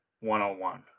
one-on-one